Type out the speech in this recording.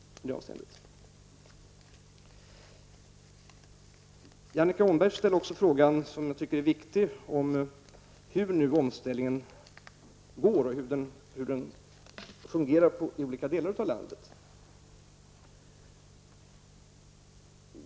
Annika Åhnberg ställer också följande fråga, som jag tycker är viktig: Hur går det med omställningen, och hur fungerar den i olika delar av landet?